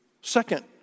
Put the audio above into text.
second